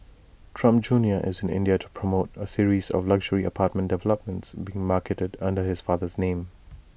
Trump junior is in India to promote A series of luxury apartment developments being marketed under his father's name